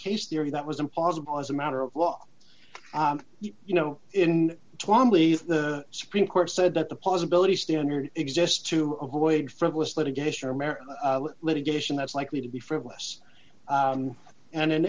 case theory that was impossible as a matter of law you know in tone leave the the supreme court said that the possibility standard exists to avoid frivolous litigation or merit litigation that's likely to be frivolous and i